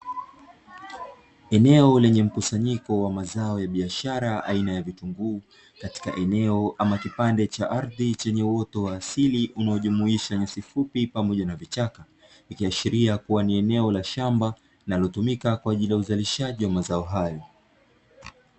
Eneo lenye mkusanyiko wa mazao ya biashara aina ya vitunguu katika eneo ama kipande cha ardhi chenye uoto wa asili unaojumuisha nyasi fupi pamoja na vichaka, ikiashiria kuwa ni eneo la shamba linalotumika kwa ajili ya uzalishaji wa mazao hayo.